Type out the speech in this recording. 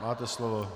Máte slovo.